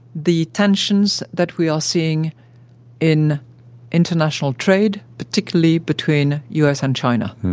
the tensions that we are seeing in international trade, particularly between u s. and china.